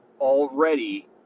already